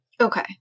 Okay